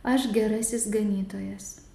aš gerasis ganytojas